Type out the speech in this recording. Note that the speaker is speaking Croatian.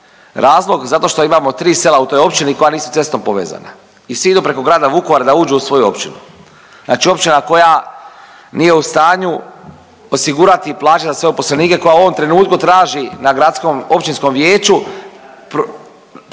Razlog zato što imamo tri sela u toj općini koja nisu cestom povezana i svi idu preko grada Vukovara da uđu u svoju općinu. Znači općina koja nije u stanju osigurati i plaćati svoje zaposlenike, koja u ovom trenutku traži na gradskom općinskom vijeću